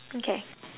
okay